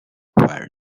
where